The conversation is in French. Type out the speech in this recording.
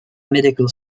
medical